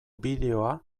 bideoa